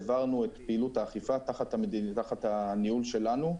העברנו את פעילות האכיפה תחת הניהול שלנו.